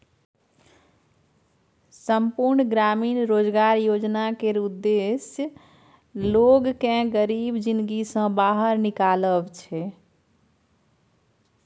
संपुर्ण ग्रामीण रोजगार योजना केर उद्देश्य लोक केँ गरीबी जिनगी सँ बाहर निकालब छै